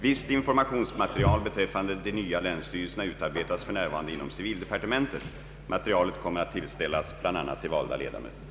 Visst informationsmaterial beträffande de nya länsstyrelserna utarbetas f.n. inom civildepartementet. Material kommer att tillställas bl.a. de valda ledamöterna.